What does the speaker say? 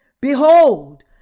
Behold